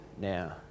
now